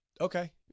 Okay